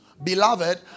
Beloved